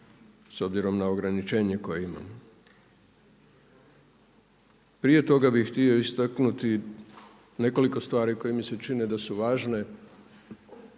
s obzirom na ograničenje koje imamo. Prije toga bih htio istaknuti nekoliko stvari koje mi se čine da su važne